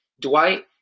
Dwight